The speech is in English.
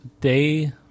Day